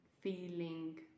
feeling